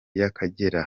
y’akagera